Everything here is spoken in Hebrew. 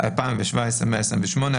בשנת 2017 128,